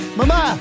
mama